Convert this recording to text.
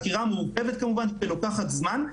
החקירה מורכבת כמובן שלוקחת זמן,